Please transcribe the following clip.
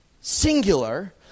Singular